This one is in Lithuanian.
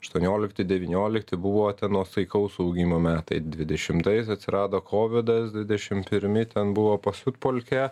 aštuoniolikti devyniolikti buvo ten nuosaikaus augimo metai dvidešimtais atsirado kovidas dvidešimt pirmi ten buvo pasiutpolkė